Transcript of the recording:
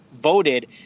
voted